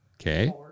Okay